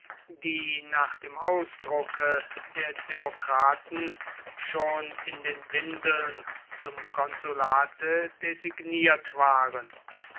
die nach dem ausdrucke der demokraten schon in den windeln zum konsulate designiert waren